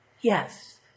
Yes